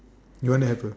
you want to have a